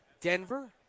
Denver